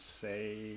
say